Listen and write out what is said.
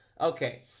Okay